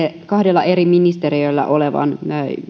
kahdella eri ministeriöllä olevan